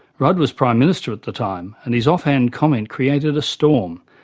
rudd was prime minister at the time, and his off-hand comment created a storm.